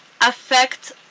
affect